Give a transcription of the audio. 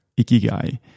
ikigai